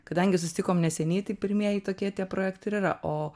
kadangi susitikom neseniai tai pirmieji tokie tie projektai ir yra o